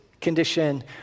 condition